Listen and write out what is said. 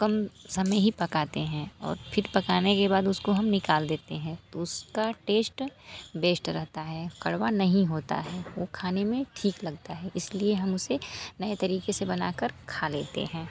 कम समय ही पकाते हैं और फिर उसे पकाने के बाद उसको हम निकाल देते हैं तो उसका टेस्ट बेस्ट रहता है कड़वा नहीं होता है वो खाने में ठीक लगता है इसी लिए हम उसे नए तरीक़े से बना कर खा लेते हैं